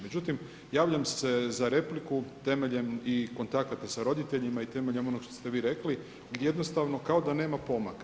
Međutim, javljam se za repliku temeljem i kontakata sa roditeljima i temeljem onog što ste vi rekli gdje jednostavno kao da nema pomaka.